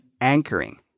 anchoring